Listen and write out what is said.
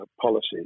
policies